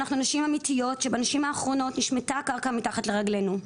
אנחנו נשים אמיתיות שבשנים האחרונות נשמטה הקרקע מתחת לרגלינו.